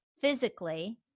physically